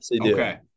Okay